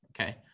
okay